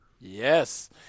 yes